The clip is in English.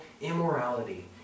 immorality